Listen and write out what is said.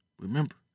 Remember